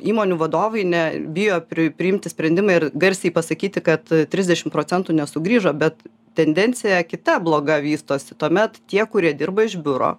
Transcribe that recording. įmonių vadovai nebijo priimti sprendimą ir garsiai pasakyti kad trisdešim procentų nesugrįžo bet tendencija kita bloga vystosi tuomet tie kurie dirba iš biuro